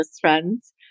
friends